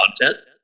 content